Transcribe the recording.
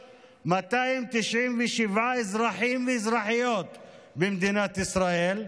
297 אזרחים ואזרחיות במדינת ישראל,